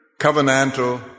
covenantal